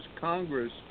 Congress